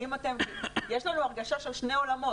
יש לנו הרגשה של שני עולמות.